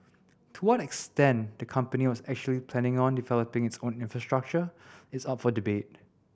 to what extent the company was actually planning on developing its own infrastructure is up for debate